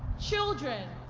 children,